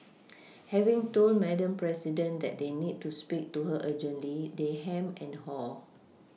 having told Madam president that they need to speak to her urgently they hem and haw